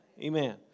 Amen